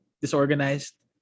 disorganized